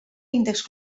índex